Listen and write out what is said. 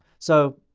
so,